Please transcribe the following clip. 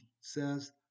says